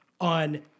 on